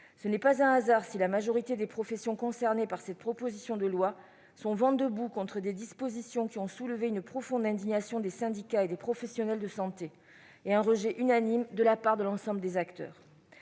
Ce n'est pas un hasard si la majorité des professions concernées par cette proposition de loi sont vent debout contre ses dispositions, qui ont également suscité la profonde indignation des syndicats et des professionnels de santé, et un rejet unanime de la part de l'ensemble des acteurs.